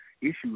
issues